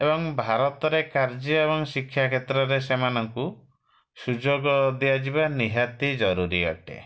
ଏବଂ ଭାରତରେ କାର୍ଯ୍ୟ ଏବଂ ଶିକ୍ଷା କ୍ଷେତ୍ରରେ ସେମାନଙ୍କୁ ସୁଯୋଗ ଦିଆଯିବା ନିହାତି ଜରୁରୀ ଅଟେ